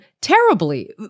terribly